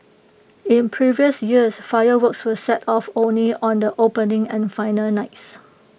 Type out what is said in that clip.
in previous years fireworks were set off only on the opening and final nights